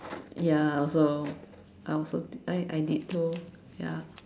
ya also I also I I did too ya